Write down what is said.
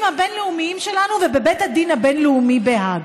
הבין-לאומיים שלנו ובבית הדין הבין-לאומי בהאג.